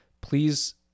Please